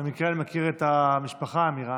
במקרה אני מכיר את המשפחה, הם מרעננה.